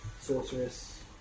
sorceress